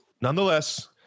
nonetheless